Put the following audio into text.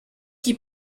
qui